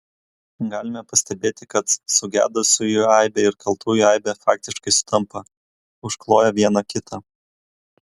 galime pastebėti kad sugedusiųjų aibė ir kaltųjų aibė faktiškai sutampa užkloja viena kitą